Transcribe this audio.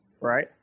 right